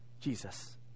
Jesus